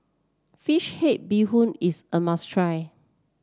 fish head Bee Hoon is a must try